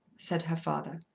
said her father.